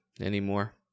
anymore